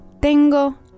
Tengo